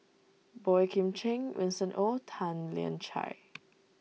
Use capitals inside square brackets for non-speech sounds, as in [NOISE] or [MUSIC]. Boey Kim Cheng Winston Oh Tan Lian Chye [NOISE]